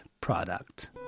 product